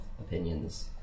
opinions